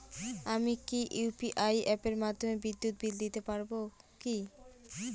আমি কি ইউ.পি.আই অ্যাপের মাধ্যমে বিদ্যুৎ বিল দিতে পারবো কি?